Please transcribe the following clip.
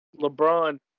LeBron